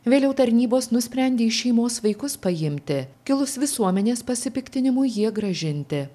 vėliau tarnybos nusprendė iš šeimos vaikus paimti kilus visuomenės pasipiktinimui jie grąžinti